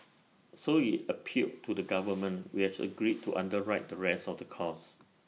so IT appealed to the government which has agreed to underwrite the rest of the cost